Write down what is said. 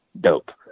dope